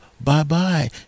bye-bye